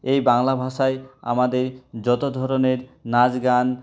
এই বাংলা ভাষায় আমাদের যত ধরনের নাচ গান